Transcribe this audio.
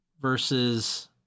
versus